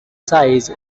size